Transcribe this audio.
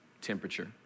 temperature